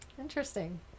Interesting